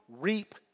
reap